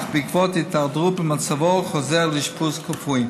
בעקבות הידרדרות במצבו הוא חוזר לאשפוז כפוי.